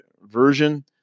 Version